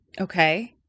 Okay